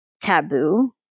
taboo